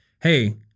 hey